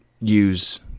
use